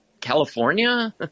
California